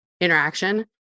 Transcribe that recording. interaction